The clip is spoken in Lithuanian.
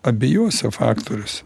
abiejose faktoriuose